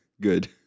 Good